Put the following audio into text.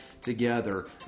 together